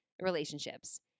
relationships